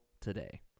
today